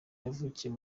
wavukiye